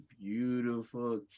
beautiful